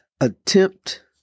Attempt